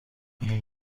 این